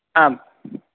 आम्